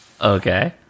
Okay